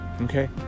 Okay